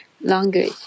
language